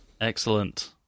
excellent